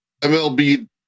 MLB